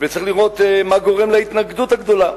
וצריך לראות מה גורם להתנגדות הגדולה.